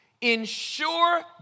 Ensure